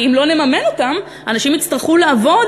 כי אם לא נממן אותם אנשים יצטרכו לעבוד